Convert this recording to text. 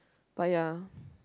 but ya